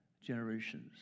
generations